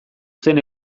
zen